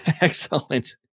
Excellent